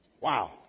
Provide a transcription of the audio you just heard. wow